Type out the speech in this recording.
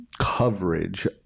coverage